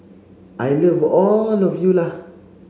I love all of you lah